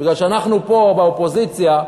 כיוון שאנחנו פה, באופוזיציה,